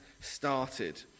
started